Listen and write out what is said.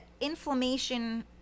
inflammation